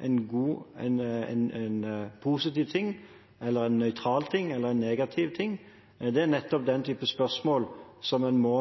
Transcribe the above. en positiv ting, en nøytral ting eller en negativ ting, er dette nettopp den type spørsmål en må